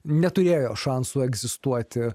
neturėjo šansų egzistuoti